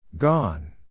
Gone